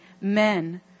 men